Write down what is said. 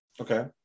Okay